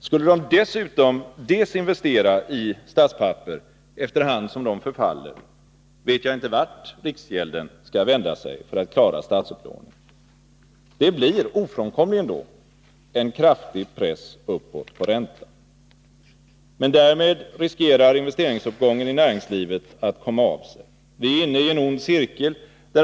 Skulle de dessutom investera i statspapper, efter hand som sådana förfaller, vet jag inte vart riksgälden skall vända sig för att klara statsupplåningen. Ofrånkomligen pressas då räntan kraftigt uppåt. Därmed finns det en risk att investeringsuppgången i näringslivet kommer av sig. Vi är inne i en ond cirkel.